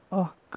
اَکھ